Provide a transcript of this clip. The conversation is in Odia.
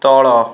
ତଳ